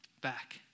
back